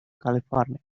california